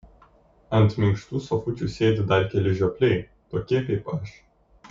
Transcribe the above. ant minkštų sofučių sėdi dar keli žiopliai tokie kaip aš